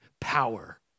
power